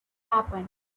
happen